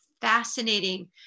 fascinating